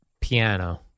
Piano